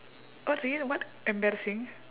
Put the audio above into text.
what's again what embarrassing